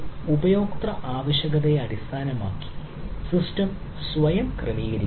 മൊത്തത്തിൽ ഉപയോക്തൃ ആവശ്യകതയെ അടിസ്ഥാനമാക്കി സിസ്റ്റം സ്വയം ക്രമീകരിക്കുന്നു